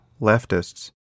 leftists